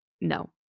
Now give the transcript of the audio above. No